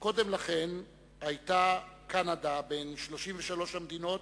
קודם לכן היתה קנדה בין 33 המדינות